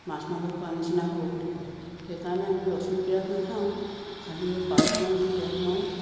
মাছ মাংস খোৱা নিচিনা হ'ব বুলি কয় সেইকাৰণে আমি ৰচুন পিঁয়াজ নেখাওঁ খালী পাঁচফোৰণ দি তেল মাৰোঁ